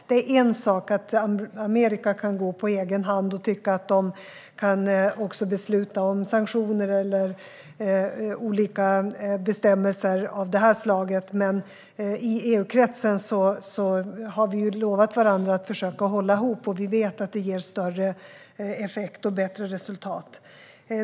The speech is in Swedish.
Det är en sak att Amerika kan gå på egen hand och tycka att de kan besluta om sanktioner eller olika bestämmelser av detta slag, men i EU-kretsen har vi lovat varandra att försöka hålla ihop. Vi vet att det ger större effekt och bättre resultat.